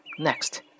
Next